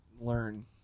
learn